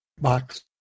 box